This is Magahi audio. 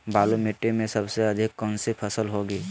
बालू मिट्टी में सबसे अधिक कौन सी फसल होगी?